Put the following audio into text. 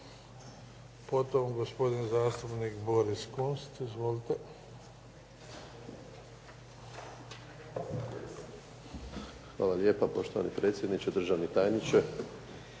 Hvala lijepa poštovani predsjedniče, državni tajniče,